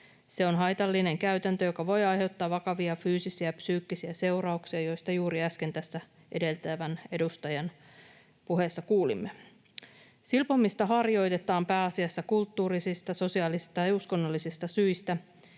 Se on haitallinen käytäntö, joka voi aiheuttaa vakavia fyysisiä ja psyykkisiä seurauksia, joista tässä juuri äsken edeltävän edustajan puheesta kuulimme. Silpomista harjoitetaan pääasiassa kulttuurisista, sosiaalista ja uskonnollisista syistä